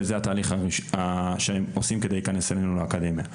וזה התהליך שהם עושים כדי להיכנס אלינו לאקדמיה.